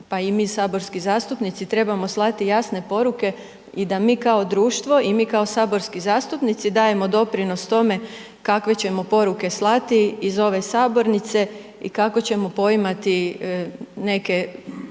pa i mi saborski zastupnici, trebamo slati jasne poruke i da mi kao društvo i mi kao saborski zastupnici dajemo doprinos tome, kakve ćemo poruke slati iz ove sabornice i kako ćemo poimati neke